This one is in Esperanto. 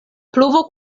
pluvo